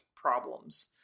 problems